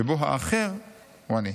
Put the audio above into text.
שבו האחר הוא אני.